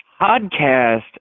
podcast